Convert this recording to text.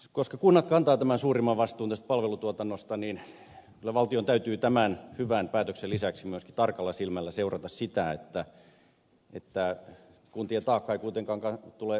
koska kunnat kantavat suurimman vastuun tästä palvelutuotannosta niin kyllä valtion täytyy tämän hyvän päätöksen lisäksi myöskin tarkalla silmällä seurata sitä että kuntien taakka ei kuitenkaan tule kohtuuttomaksi